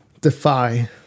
defy